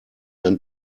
ein